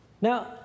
Now